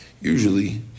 Usually